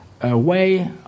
away